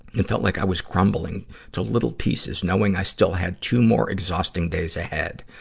it felt like i was crumbling to little pieces, knowing i still had two more exhausting days ahead.